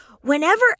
whenever